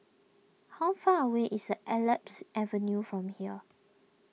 how far away is Alps Avenue from here